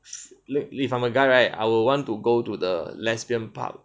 like if I'm a guy right I will want to go to the lesbian pub